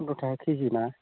पन्द्र' ताका किजि ना